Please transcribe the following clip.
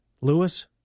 Lewis